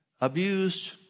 abused